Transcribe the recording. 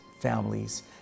families